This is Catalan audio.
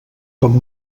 com